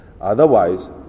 Otherwise